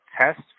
test